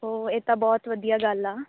ਓਹ ਇਹ ਤਾਂ ਬਹੁਤ ਵਧੀਆ ਗੱਲ ਆ